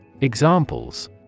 Examples